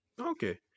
Okay